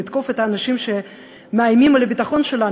לתקוף את האנשים שמאיימים על הביטחון שלנו,